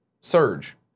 Surge